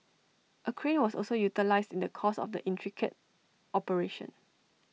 A crane was also utilised in the course of the intricate operation